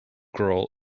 girl